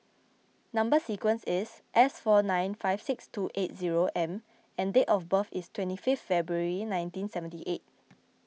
Number Sequence is S four nine five six two eight zero M and date of birth is twenty five February nineteen seventy eight